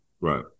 Right